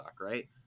right